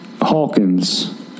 Hawkins